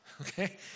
okay